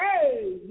Hey